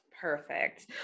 Perfect